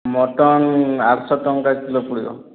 mutton ଆଠ ଶହ ଟଙ୍କା କିଲୋ ପଡ଼ିବ